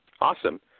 Awesome